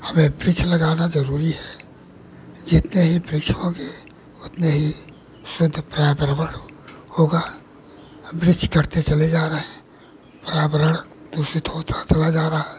हमें वृक्ष लगाना ज़रूरी है जितने ही वृक्ष होंगे उतने ही शुद्ध पर्यावरण होगा और वृक्ष कटते चले जा रहे हैं पर्यावरण दूषित होता चला जा रहा है